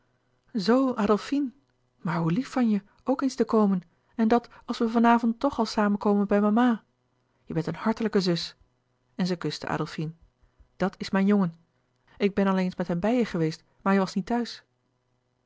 zoo adolfine maar hoe lief van je ook eens te komen en dat als we van avond toch al samenkomen bij mama je bent een hartelijke zus en zij kuste adolfine dat is mijn jongen ik ben al eens met hem bij je geweest maar je was niet thuis